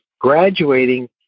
graduating